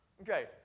okay